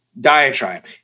diatribe